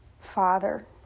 Father